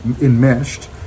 enmeshed